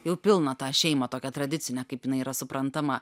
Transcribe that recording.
jau pilna tą šeimą tokią tradicinę kaip jinai yra suprantama